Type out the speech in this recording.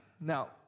Now